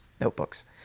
notebooks